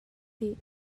dih